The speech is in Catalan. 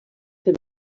fer